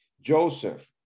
Joseph